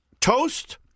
toast